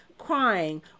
Crying